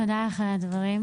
תודה לך על הדברים.